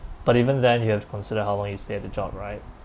but even then you have to consider how long you stay at the job right